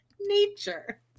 nature